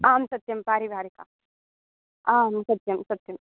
आं सत्यं पारिवारिका आं सत्यं सत्यं